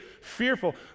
fearful